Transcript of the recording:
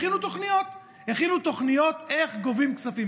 הכינו תוכניות על איך גובים כספים,